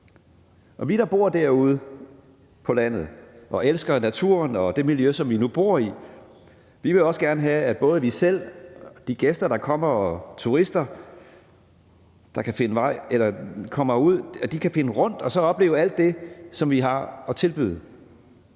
Vi, der bor derude på landet og elsker naturen og det miljø, som vi nu bor i, vil også gerne have, at både vi selv, de gæster, der kommer, og turister, der kommer derud, kan finde rundt og opleve alt det, som vi har at tilbyde.